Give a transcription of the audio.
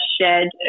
shared